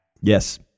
Yes